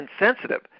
insensitive